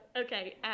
Okay